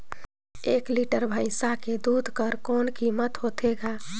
एक लीटर भैंसा के दूध कर कौन कीमत होथे ग?